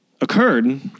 occurred